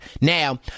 Now